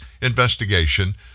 investigation